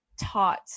taught